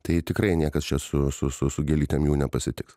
tai tikrai niekas čia su su su su gėlytėm jų nepasitiks